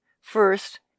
first